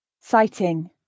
Citing